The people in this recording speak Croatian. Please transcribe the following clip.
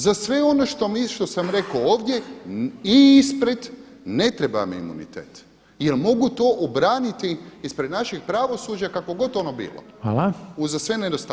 Za sve ono što sam rekao ovdje i ispred ne treba mi imunitet, jer mogu to obraniti ispred našeg pravosuđa kakvo god ono bilo uz sve nedostatke.